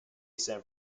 san